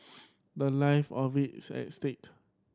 the life of it is at state